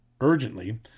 urgently